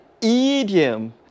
idiom